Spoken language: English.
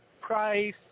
Price